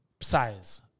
size